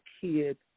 kids